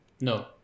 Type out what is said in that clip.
No